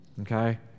Okay